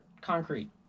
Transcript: concrete